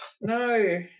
No